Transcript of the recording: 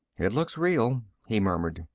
it looks real, he murmured.